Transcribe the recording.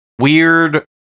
weird